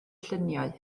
lluniau